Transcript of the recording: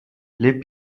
les